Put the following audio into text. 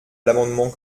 l’amendement